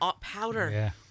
powder